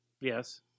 Yes